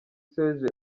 serge